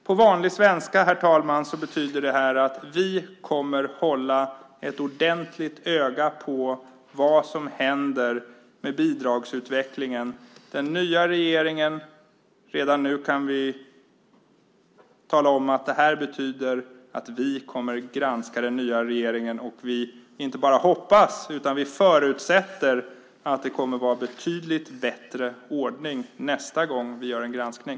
På vanlig svenska betyder detta att vi kommer att hålla ett ordentligt öga på vad som händer med bidragsutvecklingen. Redan nu kan vi tala om att detta betyder att vi kommer att granska den nya regeringen, och vi inte bara hoppas utan vi förutsätter att det kommer att vara en betydligt bättre ordning nästa gång som vi gör en granskning.